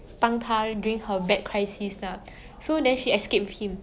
but then you know the girl like end up leave this guy to go back to the first guy